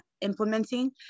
implementing